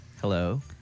Hello